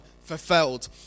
fulfilled